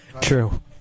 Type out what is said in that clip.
True